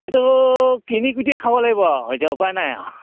সেইটো কিনি কোটিয়ে খাব লাগিব এতিয়া উপায় নাই